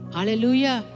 Hallelujah